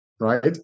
right